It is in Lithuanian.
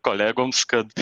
kolegoms kad